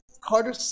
Carter